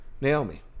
naomi